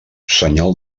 senyal